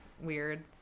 weird